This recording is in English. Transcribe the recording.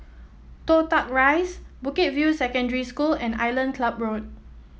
Toh Tuck Rise Bukit View Secondary School and Island Club Road